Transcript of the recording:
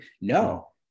No